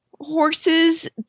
horses